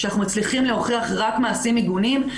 שאנחנו מצליחים להוכיח רק מעשים מגונים,